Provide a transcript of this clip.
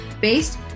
based